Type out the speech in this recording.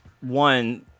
one